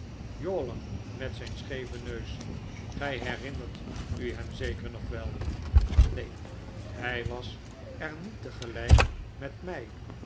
yawler met zijn scheeven neus gij herinnert u hem zeker nog wel neen hij was er niet tegelijk met mij